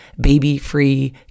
baby-free